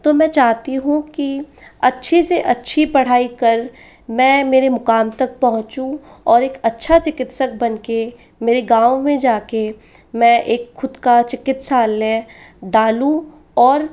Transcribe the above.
तो मैं चाहती हूँ कि अच्छी से अच्छी पढ़ाई कर मैं मेरे मुकाम तक पहुँचू और एक अच्छा चिकित्सक बनकर मेरे गाँव में जाकर मैं एक खुद का चिकित्सालय डालूँ और